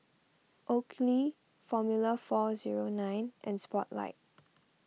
Oakley formula four zero nine and Spotlight